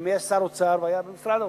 כמי שהיה שר האוצר והיה במשרד האוצר,